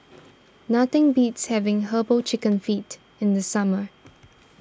nothing beats having Herbal Chicken Feet in the summer